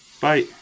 bye